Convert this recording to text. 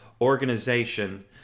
organization